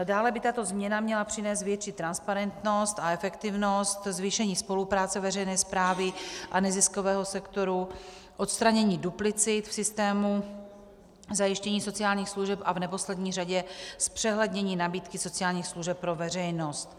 Dále by tato změna měla přinést větší transparentnost a efektivnost, zvýšení spolupráce veřejné správy a neziskového sektoru, odstranění duplicit v systému zajištění sociálních služeb a v neposlední řadě zpřehlednění nabídky sociálních služeb pro veřejnost.